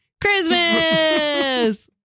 Christmas